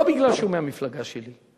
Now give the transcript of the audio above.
לא בגלל שהוא מהמפלגה שלי,